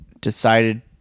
decided